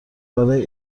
برای